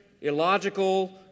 illogical